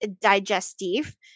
Digestive